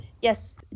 yes